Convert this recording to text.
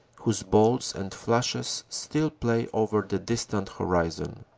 whose bolts and flashes still play over the distant horizon.